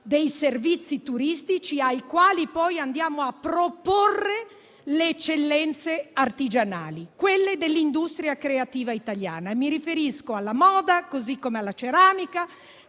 dei servizi turistici, ai quali poi andremo a proporre le eccellenze artigianali dell'industria creativa italiana. Mi riferisco alla moda, alla ceramica,